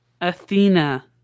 Athena